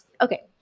okay